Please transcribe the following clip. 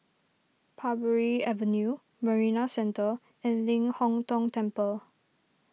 Parbury Avenue Marina Centre and Ling Hong Tong Temple